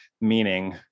meaning